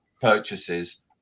purchases